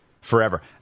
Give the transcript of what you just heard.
forever